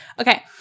okay